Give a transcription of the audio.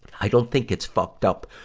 i don't think it's fucked up